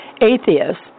atheists